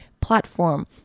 platform